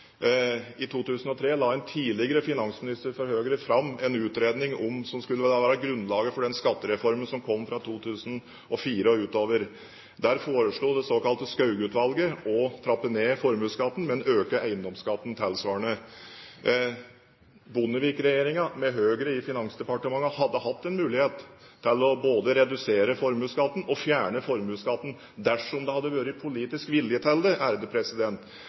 utredning om det som skulle være grunnlaget for den skattereformen som kom fra 2004 og utover. Der foreslo det såkalte Skauge-utvalget å trappe ned formuesskatten, men øke eiendomsskatten tilsvarende. Bondevik-regjeringen, med Høyre i Finansdepartementet, hadde hatt en mulighet til både å redusere formuesskatten og å fjerne formuesskatten – dersom det hadde vært politisk vilje til det.